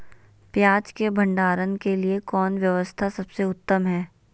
पियाज़ के भंडारण के लिए कौन व्यवस्था सबसे उत्तम है?